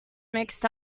mixed